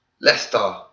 Leicester